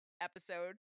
episode